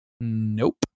Nope